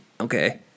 Okay